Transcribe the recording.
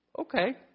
Okay